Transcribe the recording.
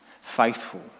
faithful